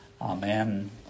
Amen